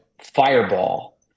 fireball